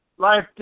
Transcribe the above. Life